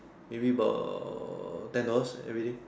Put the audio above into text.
maybe about ten dollars everyday